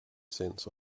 cents